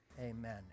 amen